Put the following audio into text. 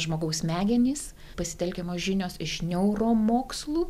žmogaus smegenys pasitelkiamos žinios iš neuromokslų